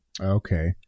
Okay